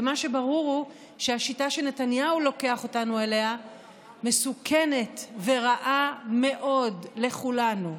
ומה שברור הוא שהשיטה שנתניהו לוקח אותנו אליה מסוכנת ורעה מאוד לכולנו.